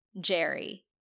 Jerry